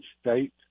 state